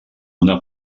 una